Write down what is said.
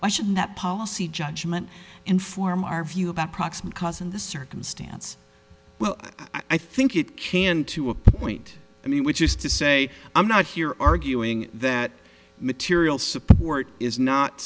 why should that policy judgment inform our view about proximate cause and the circumstance well i think it can to a point i mean which is to say i'm not here arguing that material support is not